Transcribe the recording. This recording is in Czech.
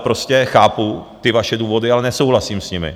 Prostě chápu ty vaše důvody, ale nesouhlasím s nimi.